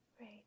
Right